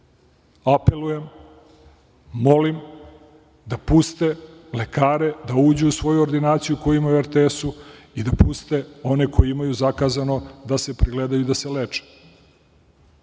lečenje. Apelujem, molim da puste lekare da uđu u svoju ordinaciju koju imaju u RTS i da puste one koji imaju zakazano da se pregledaju i da se leče.